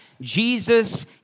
Jesus